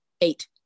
Eight